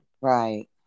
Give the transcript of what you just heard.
Right